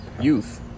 youth